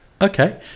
Okay